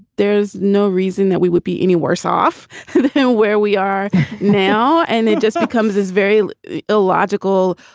there is no reason that we would be any worse off than where we are now. and it just becomes this very illogical.